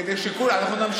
כדי שכולם.